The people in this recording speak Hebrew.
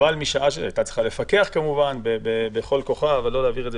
בחקיקה היא הייתה צריכה לפקח כמובן בכל כוחה אבל לא להעביר את זה